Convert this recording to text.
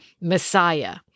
Messiah